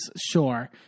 sure